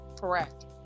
Correct